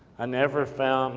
i never found